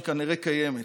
והיא כנראה קיימת